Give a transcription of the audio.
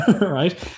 right